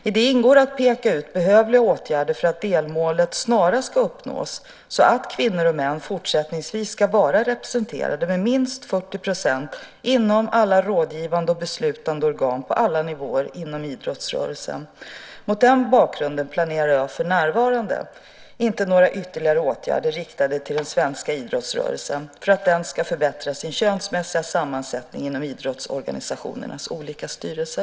I det ingår att peka ut behövliga åtgärder för att delmålet snarast ska uppnås så att kvinnor och män fortsättningsvis ska vara representerade med minst 40 % inom alla rådgivande och beslutande organ på alla nivåer inom idrottsrörelsen. Mot den bakgrunden planerar jag för närvarande inte några ytterligare åtgärder riktade till den svenska idrottsrörelsen för att den ska förbättra sin könsmässiga sammansättning inom idrottsorganisationernas olika styrelser.